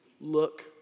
Look